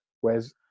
Whereas